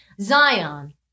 Zion